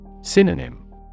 Synonym